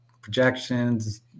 projections